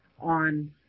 on